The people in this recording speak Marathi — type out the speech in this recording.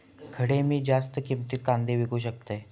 खडे मी जास्त किमतीत कांदे विकू शकतय?